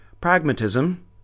Pragmatism